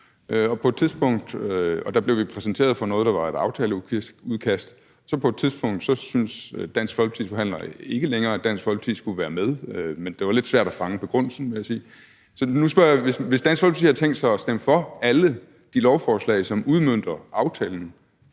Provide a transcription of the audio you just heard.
Hans Kristian Skibby. Der blev vi præsenteret for noget, der var et aftaleudkast, og så på et tidspunkt syntes Dansk Folkepartis forhandler ikke længere, at Dansk Folkeparti skulle være med. Men det var lidt svært at fange begrundelsen, vil jeg sige. Så nu spørger jeg: Hvis Dansk Folkeparti har tænkt sig at stemme for alle de lovforslag, som udmønter aftalen,